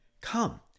Come